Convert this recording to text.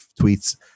tweets